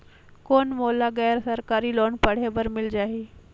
कौन मोला गैर सरकारी लोन पढ़े बर मिल जाहि?